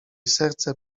serce